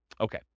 Okay